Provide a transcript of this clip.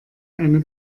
eine